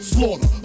Slaughter